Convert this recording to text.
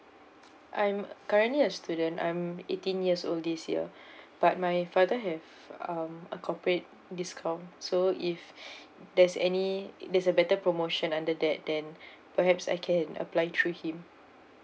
I'm currently a student I'm eighteen years old this year but my father have um a corporate discount so if there's any there's a better promotion under that then perhaps I can apply through him